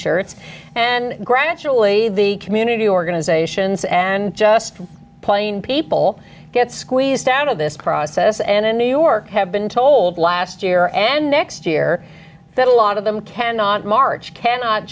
shirts and gradually the community organizations and just plain people get squeezed out of this process and in new york have been told last year and next hear that a lot of them cannot march cannot